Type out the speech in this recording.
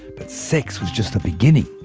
but sex was just the beginning.